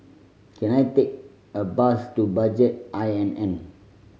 can I take a bus to Budget I N N